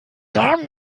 haben